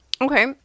Okay